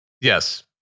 Yes